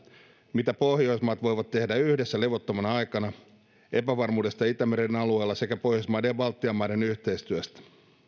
mitä pohjoismaat voivat tehdä yhdessä levottomana aikana epävarmuudesta itämeren alueella sekä pohjoismaiden ja baltian maiden yhteistyöstä